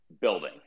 building